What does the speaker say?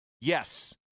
Yes